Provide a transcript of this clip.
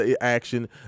action